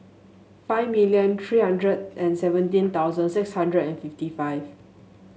five million three hundred and seventeen thousand six hundred and fifty five